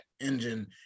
engine